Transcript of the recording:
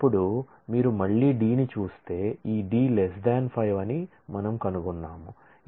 అప్పుడు మీరు మళ్ళీ D ని చూస్తే ఈ D 5 అని మనం కనుగొన్నాము